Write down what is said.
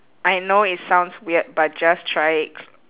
I know it sounds weird but just try it